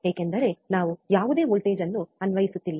ಏಕೆಂದರೆ ನಾವು ಯಾವುದೇ ವೋಲ್ಟೇಜ್ ಅನ್ನು ಅನ್ವಯಿಸುತ್ತಿಲ್ಲ